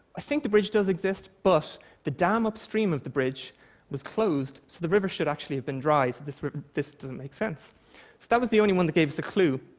i think the bridge does exist, but the dam upstream of the bridge was closed, so the river should actually have been dry, so this this doesn't make sense that was the only one that gave us a clue.